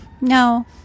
no